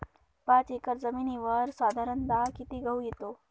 पाच एकर जमिनीवर साधारणत: किती गहू येतो?